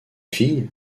fille